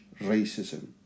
racism